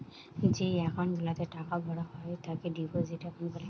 যেই একাউন্ট গুলাতে টাকা ভরা হয় তাকে ডিপোজিট একাউন্ট বলে